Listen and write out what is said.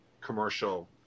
commercial